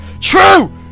TRUE